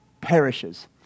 perishes